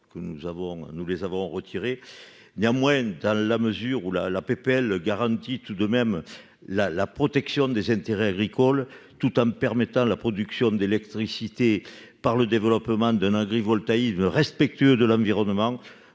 des avis défavorables. Néanmoins, dans la mesure où la proposition de loi garantit la protection des intérêts agricoles tout en permettant la production d'électricité par le développement d'un agrivoltaïsme respectueux de l'environnement,